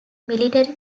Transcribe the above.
military